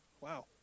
Wow